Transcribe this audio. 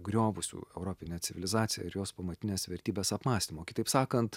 griovusių europinę civilizaciją ir jos pamatines vertybes apmąstymo kitaip sakant